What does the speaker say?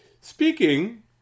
Speaking